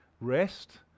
rest